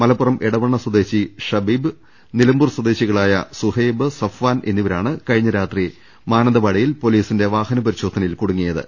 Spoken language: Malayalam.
മല പ്പുറം എടവണ്ണ സ്വദേശി ഷബീബ് നിലമ്പൂർ സ്വദേശികളായ സുഹൈ ബ് സഫ്വാൻ എന്നിവരാണ് കഴിഞ്ഞ രാത്രി മാനന്തവാടിയിൽ പൊലീ സിന്റെ വാഹനപരിശോധനയിൽ കുടുങ്ങിയത്